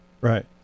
Right